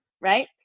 Right